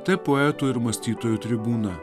tai poetų ir mąstytojų tribūna